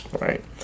right